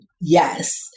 yes